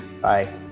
Bye